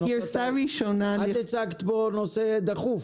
את הצגת פה נושא דחוף,